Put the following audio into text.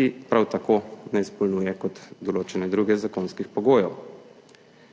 ki prav tako kot določene druge občine